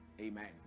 Amen